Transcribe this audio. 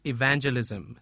Evangelism